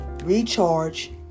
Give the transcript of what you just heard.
Recharge